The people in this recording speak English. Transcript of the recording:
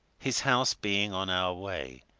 his house being on our way.